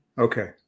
Okay